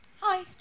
Hi